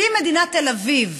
כי אם מדינת תל אביב